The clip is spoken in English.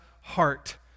heart